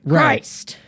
Christ